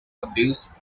abuse